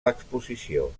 l’exposició